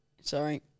sorry